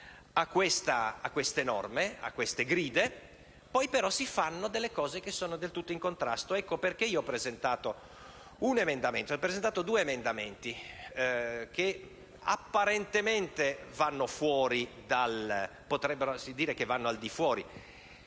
a queste norme, a queste gride, poi però si fanno delle cose del tutto in contrasto. Ecco perché ho presentato due emendamenti, che apparentemente potrebbe dirsi che vanno al di fuori